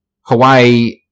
Hawaii